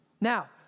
Now